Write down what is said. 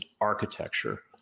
architecture